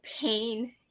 pain